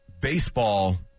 baseball